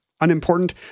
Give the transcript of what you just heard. Unimportant